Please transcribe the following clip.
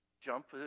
jump